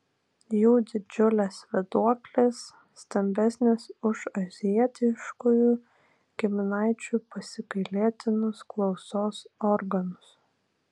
jų didžiulės vėduoklės stambesnės už azijietiškųjų giminaičių pasigailėtinus klausos organus